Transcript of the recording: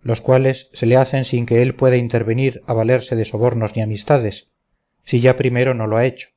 los cuales se le hacen sin que él pueda intervenir a valerse de sobornos ni amistades si ya primero no lo ha hecho